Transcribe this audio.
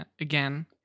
again